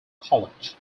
college